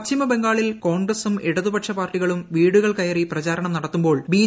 പശ്ചിമ ബംഗാളിൽ കോൺഗ്രസും ഇടതുപക്ഷ പാർട്ടികളും വീടുകൾ കയറിയിറങ്ങി പ്രചാരണം നടത്തുമ്പോൾ ബി